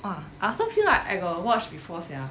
!wah! I also feel like I got watched before sia